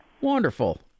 Wonderful